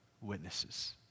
Witnesses